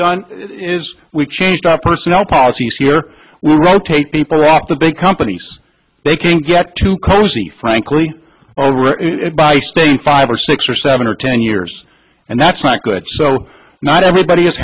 done is we've changed our personnel policies here we rotate people off the big companies they can get too cozy frankly by staying five or six or seven or ten years and that's not good so not everybody is